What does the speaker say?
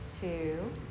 Two